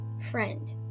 friend